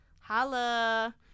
Holla